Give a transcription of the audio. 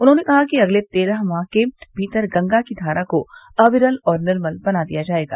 उन्होंने कहा कि अगले तेरह माह के भीतर गंगा की धारा को अविरल और निर्मल बना दिया जायेगा